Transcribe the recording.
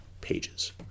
pages